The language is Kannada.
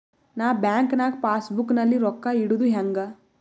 ನಾ ಬ್ಯಾಂಕ್ ನಾಗ ಪಾಸ್ ಬುಕ್ ನಲ್ಲಿ ರೊಕ್ಕ ಇಡುದು ಹ್ಯಾಂಗ್?